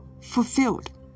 fulfilled